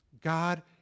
God